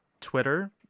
Twitter